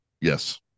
Yes